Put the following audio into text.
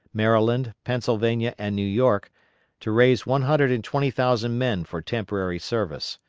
maryland, pennsylvania, and new york to raise one hundred and twenty thousand men for temporary service.